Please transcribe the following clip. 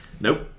Nope